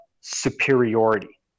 superiority